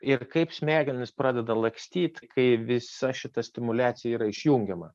ir kaip smegenys pradeda lakstyti kai visa šita stimuliacija yra išjungiama